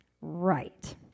right